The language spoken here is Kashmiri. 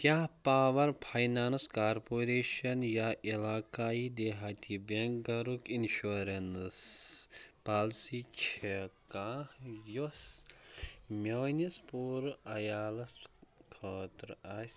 کیٛاہ پاوَر فاینانٕس کارپوریشَن یا عِلاقایی دِہاتی بٮ۪نٛک گَرُک اِنشورَنٕس پالسی چھےٚ کانٛہہ یۄس میٛٲنِس پوٗرٕعیالَس خٲطرٕ آسہِ